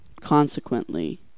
Consequently